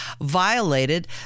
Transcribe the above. violated